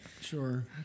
Sure